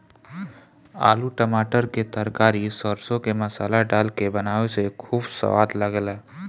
आलू टमाटर के तरकारी सरसों के मसाला डाल के बनावे से खूब सवाद लागेला